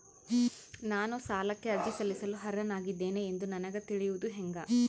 ನಾನು ಸಾಲಕ್ಕೆ ಅರ್ಜಿ ಸಲ್ಲಿಸಲು ಅರ್ಹನಾಗಿದ್ದೇನೆ ಎಂದು ನನಗ ತಿಳಿಯುವುದು ಹೆಂಗ?